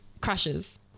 crushes